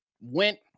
went